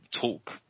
talk